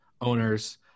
owners